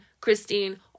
Christine